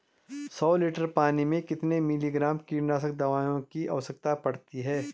सौ लीटर पानी में कितने मिलीग्राम कीटनाशक दवाओं की आवश्यकता पड़ती है?